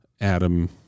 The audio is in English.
Adam